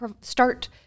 start